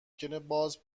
پول